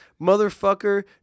Motherfucker